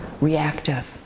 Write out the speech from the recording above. reactive